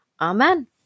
Amen